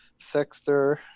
Sexter